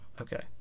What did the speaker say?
okay